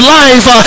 life